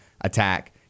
attack